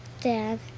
Dad